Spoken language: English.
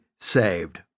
saved